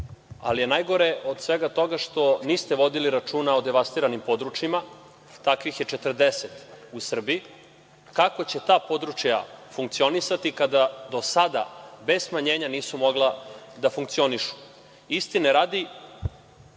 ali je najgore od svega toga što niste vodili računa o devastiranim područjima, a takvih je 40 u Srbiji. Kako će ta područja funkcionisati kada do sada bez smanjenja nisu mogla da funkcionišu? Istine radi,